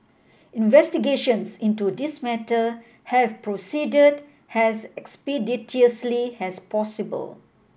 investigations into this matter have proceeded as expeditiously as possible